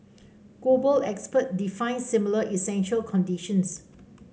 global experts define similar essential conditions